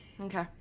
Okay